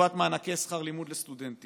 לטובת מענקי שכר לימוד לסטודנטים,